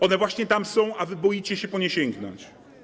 One właśnie tam są, a wy boicie się po nie sięgnąć.